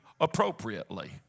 appropriately